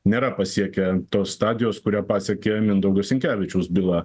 nėra pasiekę tos stadijos kuria pasiekė mindaugo sinkevičiaus byla